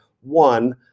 one